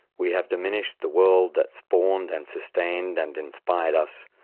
we have diminished the world that spawned and sustained and inspired us.